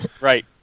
Right